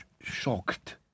shocked